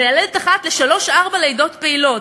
מיילדת אחת לשלוש-ארבע לידות פעילות.